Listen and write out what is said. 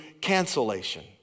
cancellation